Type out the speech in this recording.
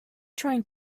trying